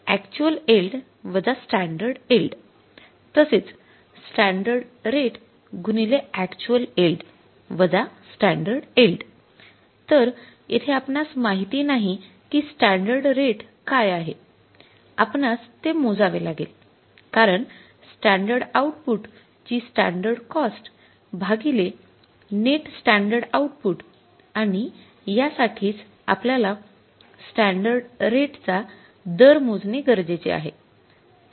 actual yield वजा standard yield आणि या साठीच आपल्याला स्टॅंडर्ड रेट चा दर मोजणे गरजेचे आहे